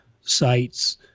sites